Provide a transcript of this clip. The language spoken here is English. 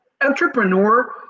entrepreneur